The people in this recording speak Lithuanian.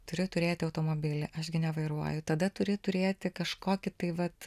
turi turėti automobilį aš gi nevairuoju tada turi turėti kažkokį tai vat